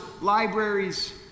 libraries